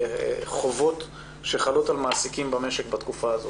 החובות שחלים על מעסיקים במשק בתקופה הזאת.